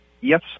Yes